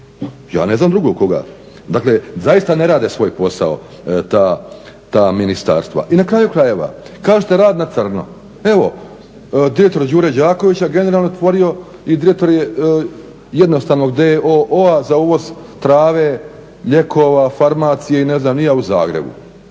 Ja ne znam drugo koga? Dakle, zaista ne rade svoj posao ta ministarstva i na kraju krajeva, kažete rad na crno, evo direktor Đure Đakovića, generalno je otvorio i drito je jednostavno d.o.o. za uvoz trave, lijekova, farmacije i ne znam ni ja u Zagrebu.